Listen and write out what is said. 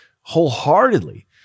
wholeheartedly